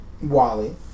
Wally